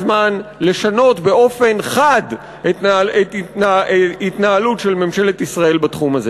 לשנות באופן חד את ההתנהלות של ממשלת ישראל בתחום הזה.